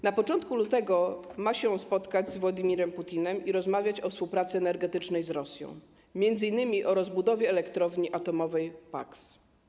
Na początku lutego ma się spotkać z Władimirem Putinem i rozmawiać o współpracy energetycznej z Rosją, m.in. o rozbudowie elektrowni atomowej w Paks.